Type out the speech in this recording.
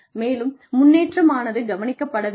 மேலும் முன்னேற்றம் ஆனது கவனிக்கப்பட வேண்டும்